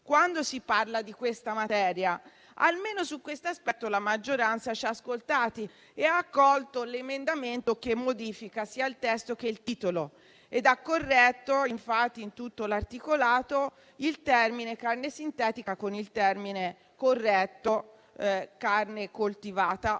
quando si parla di questa materia. Almeno su questo aspetto la maggioranza ci ha ascoltati e ha accolto l'emendamento che modifica sia il testo che il titolo ed ha corretto, infatti, in tutto l'articolato, il termine «carne sintetica» con il termine corretto, che è «carne coltivata» o